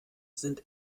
sind